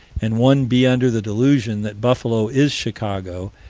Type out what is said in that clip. and one be under the delusion that buffalo is chicago,